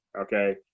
okay